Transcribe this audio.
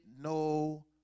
no